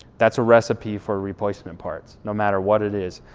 that's a recipe for replacement parts, no matter what it is,